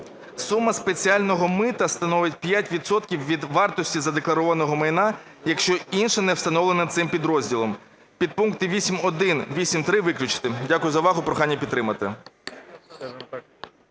"Сума спеціального мита становить 5 відсотків від вартості задекларованого майна, якщо інше не встановлено цим підрозділом". Підпункти 8.1, 8.3 виключити. Дякую за увагу. Прохання підтримати.